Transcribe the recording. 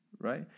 Right